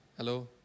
Hello